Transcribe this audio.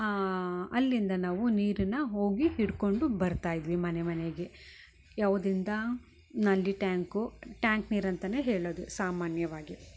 ಅಲ್ಲಿಂದ ನಾವು ನೀರನ್ನ ಹೋಗಿ ಹಿಡ್ಕೊಂಡು ಬರ್ತಾ ಇದ್ವಿ ಮನೆ ಮನೆಗೆ ಯಾವ್ದಿಂದ ನಲ್ಲಿ ಟ್ಯಾಂಕು ಟ್ಯಾಂಕ್ ನೀರು ಅಂತಾನೆ ಹೇಳೋದು ಸಾಮಾನ್ಯವಾಗಿ